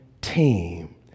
team